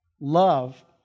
Love